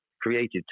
created